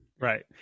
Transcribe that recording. right